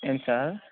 ఏంటి సార్